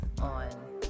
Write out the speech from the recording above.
on